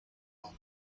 old